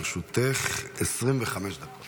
לרשותך 25 דקות